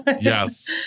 Yes